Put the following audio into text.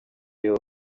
iyo